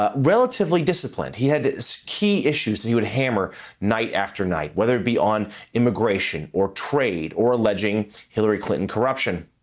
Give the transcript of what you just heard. ah relatively disciplined. he had key issues and he would hammer night after night whether it be on immigration or trade or alleging hillary clinton corruption.